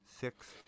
Six